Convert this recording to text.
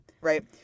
right